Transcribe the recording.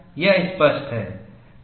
यह स्पष्ट है